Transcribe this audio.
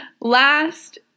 Last